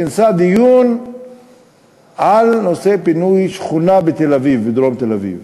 כינסה דיון על נושא פינוי שכונה בדרום תל-אביב,